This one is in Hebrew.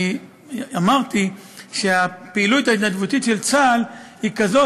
אמרתי שהפעילות ההתנדבותית של צה"ל היא כזאת,